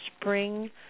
spring